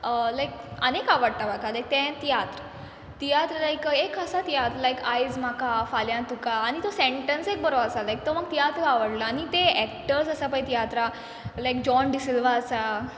लायक आनीक आवडटा म्हाका लायक ते तियात्र तियात्र लायक एक आसा तियात्र लायक आयज म्हाका फाल्यां तुका आनी तो सँटन्स एक बरो आसा लायक तो म्हाक तियातूय आवडलो आनी ते एक्टर्ज आसा पळय तियात्रा लायक जॉन डिसिल्वा आसा